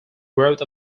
growth